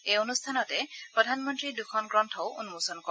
এই অনুষ্ঠানতে প্ৰধানমন্তীয়ে দুখন গ্ৰন্থও উন্মোচন কৰে